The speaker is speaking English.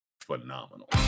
phenomenal